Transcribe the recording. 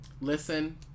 listen